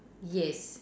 yes